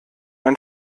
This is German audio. ein